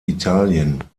italien